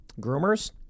groomers